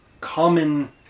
common